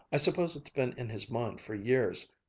i suppose it's been in his mind for years.